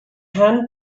hand